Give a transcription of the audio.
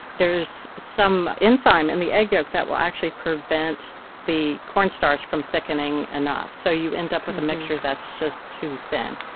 there's some enzyme in the egg yolk that will actually prevent the cornstarch from thickening enough, so you end up with a mixture that's too thin.